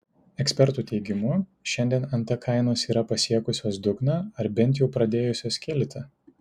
ekspertų teigimu šiandien nt kainos yra pasiekusios dugną ar bent jau pradėjusios kilti